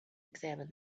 examined